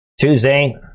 Tuesday